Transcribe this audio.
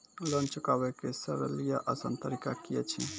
Loan चुकाबै के सरल या आसान तरीका की अछि?